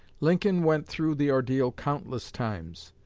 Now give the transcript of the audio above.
lincoln went through the ordeal countless times.